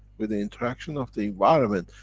with the interaction of the environment,